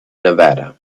nevada